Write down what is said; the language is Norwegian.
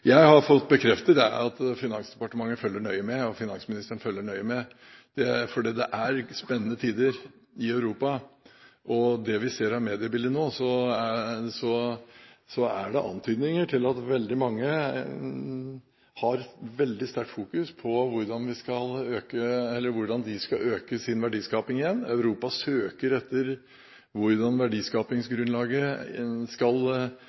Jeg har fått bekreftet at Finansdepartement følger nøye med, og at finansministeren følger nøye med. Det er spennende tider i Europa. Det vi ser av mediebildet nå, er at det er antydninger til at veldig mange har sterkt fokus på hvordan de skal øke sin verdiskaping igjen. Europa søker etter